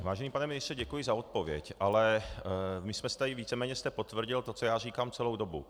Vážený pane ministře, děkuji za odpověď, ale vy jste víceméně potvrdil to, co já říkám celou dobu.